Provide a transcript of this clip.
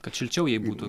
kad šilčiau jai būtų